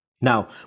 Now